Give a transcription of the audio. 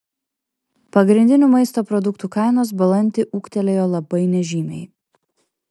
pagrindinių maisto produktų kainos balandį ūgtelėjo labai nežymiai